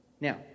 Now